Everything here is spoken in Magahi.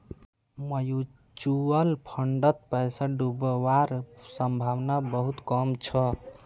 म्यूचुअल फंडत पैसा डूबवार संभावना बहुत कम छ